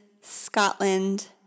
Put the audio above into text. Scotland